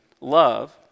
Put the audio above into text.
love